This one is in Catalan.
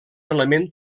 element